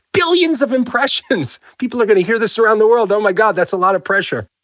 billions of impressions. people are going to hear this around the world. oh my god, that's a lot of pressure